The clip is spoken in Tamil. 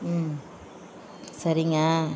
ம் சரிங்க